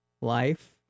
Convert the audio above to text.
life